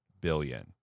billion